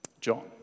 John